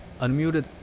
unmuted